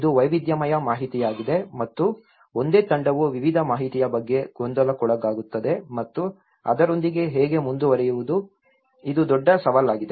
ಇದು ವೈವಿಧ್ಯಮಯ ಮಾಹಿತಿಯಾಗಿದೆ ಮತ್ತು ಒಂದೇ ತಂಡವು ವಿವಿಧ ಮಾಹಿತಿಯ ಬಗ್ಗೆ ಗೊಂದಲಕ್ಕೊಳಗಾಗುತ್ತದೆ ಮತ್ತು ಅದರೊಂದಿಗೆ ಹೇಗೆ ಮುಂದುವರಿಯುವುದು ಇದು ದೊಡ್ಡ ಸವಾಲಾಗಿದೆ